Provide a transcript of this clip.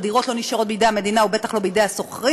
הדירות לא נשארות בידי המדינה ובטח לא בידי השוכרים.